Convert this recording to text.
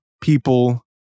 people